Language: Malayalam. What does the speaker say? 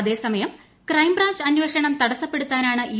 അതേസമയ്ക്ക് ര്ക്രെം ബ്രാഞ്ച് അന്വേഷണം തടസ്സപ്പെടുത്താനാണ് ഇ